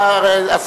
החוק?